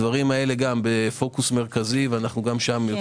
הדברים הללו בפוקוס מרכזי וגם שם אנו